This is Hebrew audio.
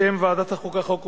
בשם ועדת החוקה, חוק ומשפט,